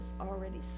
already